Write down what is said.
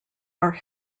are